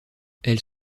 elles